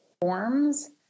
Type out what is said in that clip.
forms